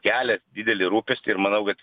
kelia didelį rūpestį ir manau kad